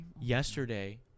yesterday